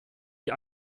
die